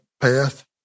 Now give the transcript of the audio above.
path